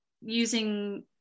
using